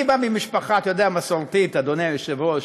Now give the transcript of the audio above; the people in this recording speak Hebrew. אני בא ממשפחה מסורתית, אדוני היושב-ראש,